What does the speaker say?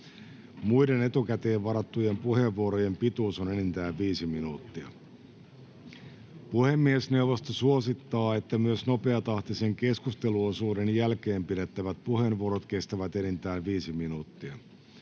Muiden etukäteen varattujen puheenvuorojen pituus on enintään 5 minuuttia. Puhemiesneuvosto suosittaa, että myös nopeatahtisen keskusteluosuuden jälkeen pidettävät puheenvuorot kestävät enintään 5 minuuttia.